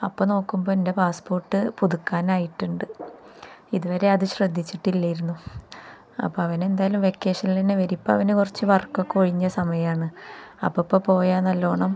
അപ്പോള് നോക്കുമ്പോള് എൻ്റെ പാസ്പോർട്ട് പുതുക്കാനായിട്ടുണ്ട് ഇതുവരെ അത് ശ്രദ്ധിച്ചിട്ടില്ലായിരുന്നു അപ്പോള് അവനെന്തായാലും വെക്കേഷനില്ത്തന്നെ വരുമിപ്പോള് അവന് കുറച്ച് വർക്കൊക്കെ ഒഴിഞ്ഞ സമയമാണ് അപ്പോഴിപ്പോള് പോയാല് നല്ലവണ്ണം